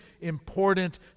important